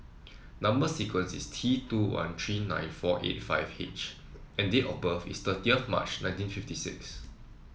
number sequence is T two one three nine four eight five H and date of birth is thirtieth March nineteen fifty six